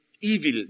evil